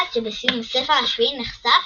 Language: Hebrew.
עד שבסיום הספר השביעי נחשף